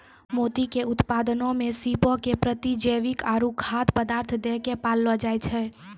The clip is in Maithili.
मोती के उत्पादनो मे सीपो के प्रतिजैविक आरु खाद्य पदार्थ दै के पाललो जाय छै